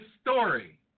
story